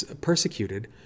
persecuted